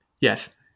Yes